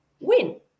Win